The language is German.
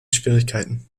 schwierigkeiten